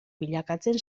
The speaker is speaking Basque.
bilakatzen